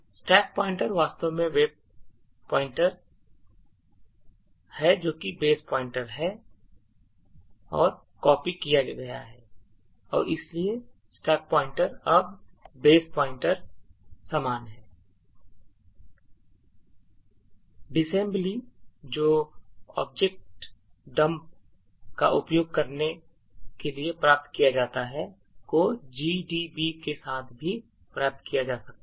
stack pointer वास्तव में base pointer होने के लिए कॉपी किया गया है और इसलिए स्टैक पॉइंटर और बेस पॉइंटर समान हैं डिसेंबली जो ओब्जेक्टम्प का उपयोग करके प्राप्त किया जाता है को gdb के साथ भी प्राप्त किया जा सकता है